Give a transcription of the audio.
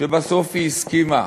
שבסוף היא הסכימה